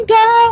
go